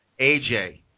AJ